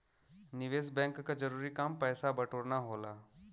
निवेस बैंक क जरूरी काम पैसा बटोरना होला